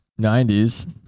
90s